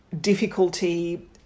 difficulty